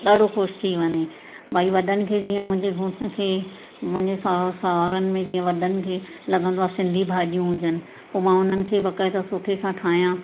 ॾाढो ख़ुशि थी वञे भई वॾनि खे जीअं मुंहिंजे घोठ खे मुंहिंजे साउ साउरनि में जीअं वॾनि खे लॻंदो आहे सिंधी भाॼियूं हुजनि पोइ मां उन्हनि खे बेक़ाइदा सुठे सां ठाहियां